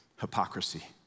hypocrisy